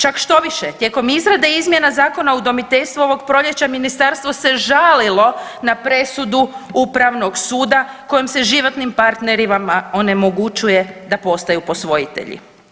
Čak štoviše tijekom izrade izmjena Zakona o udomiteljstvu ministarstvo se žalilo na presudu Upravnog suda kojom se životnim partnerima onemogućuje da postaju posvojitelji.